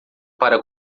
para